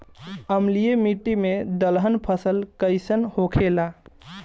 अम्लीय मिट्टी मे दलहन फसल कइसन होखेला?